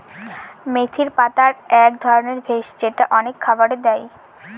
মেথির পাতা এক ধরনের ভেষজ যেটা অনেক খাবারে দেয়